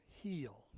heal